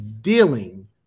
dealing